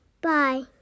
Bye